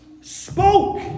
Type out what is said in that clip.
spoke